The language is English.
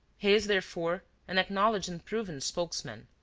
he is, therefore, an acknowledged and proven spokesman.